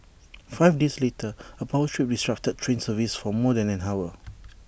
five days later A power trip disrupted train services for more than an hour